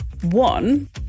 One